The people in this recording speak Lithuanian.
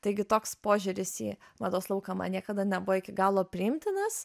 taigi toks požiūris į mados lauką man niekada nebuvo iki galo priimtinas